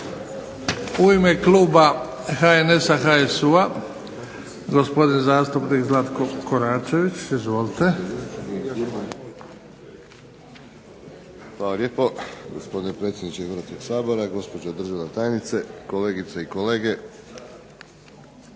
U ime kluba HNS-a, HSU-a gospodin zastupnik Zlatko Koračević. Izvolite. **Koračević, Zlatko (HNS)** Hvala lijepo gospodine predsjedniče Hrvatskog sabora, gospođo državna tajnice, kolegice i kolege.